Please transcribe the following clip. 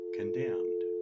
condemned